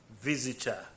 visitor